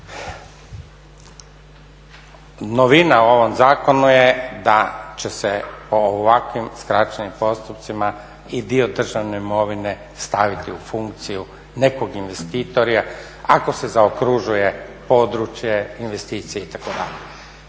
Novina u ovom zakonu je da će se o ovakvim skraćenim postupcima i dio državne imovine staviti u funkciju nekog investitora ako se zaokružuje područje investicije itd.